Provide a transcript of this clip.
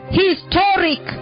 historic